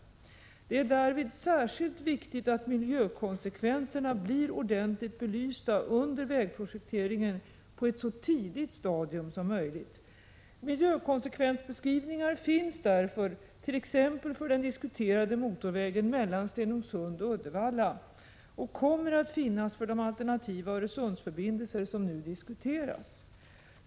Det är därvid särskilt viktigt att miljökonsekvenserna blir ordentligt belysta under vägprojekteringen på ett så tidigt stadium som möjligt. Miljökonsekvensbeskrivningar finns därför t.ex. för den diskuterade motorvägen mellan Stenungsund och Uddevalla och kommer att finnas för de alternativa Öresundsförbindelser som nu diskuteras.